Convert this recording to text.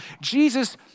Jesus